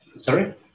Sorry